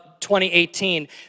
2018